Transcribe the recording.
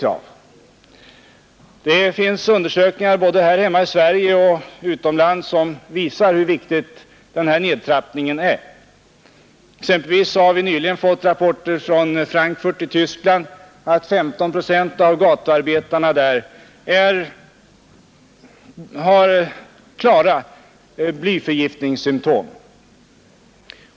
Både här hemma i Sverige och utomlands finns undersökningsresultat, som visar hur viktig denna nedtrappning är. Vi har exempelvis nyligen fått rapporter från Frankfurt am Main i Tyskland om att 15 procent av gatuarbetarna i staden visat klara blyförgiftningssymtom.